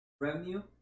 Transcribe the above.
revenue